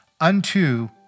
unto